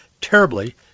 terribly